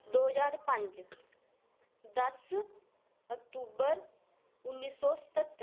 दो ज्हार पंज दस अक्टूबर उन्नी सौ सतह्तर